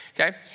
okay